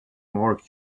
mark